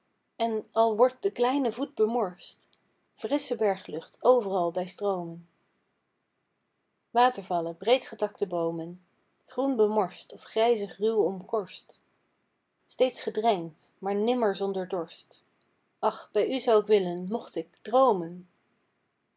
en al wordt de kleine voet bemorst frissche berglucht overal bij stroomen watervallen breedgetakte boomen groen bemorst of grijzig ruw omkorst steeds gedrenkt maar nimmer zonder dorst ach bij u zou k willen mocht ik droomen